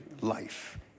life